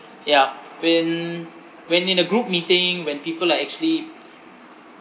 yeah when when in a group meeting when people are actually